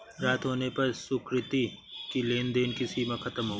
रात होने पर सुकृति की लेन देन की सीमा खत्म हो गई